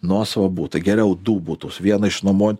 nuosavą butą geriau du butus vieną išnuomot